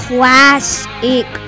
Classic